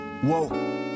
Whoa